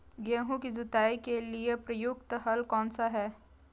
गेहूँ की जुताई के लिए प्रयुक्त हल कौनसा है?